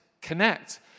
connect